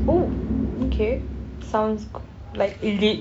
oh okay sounds like lit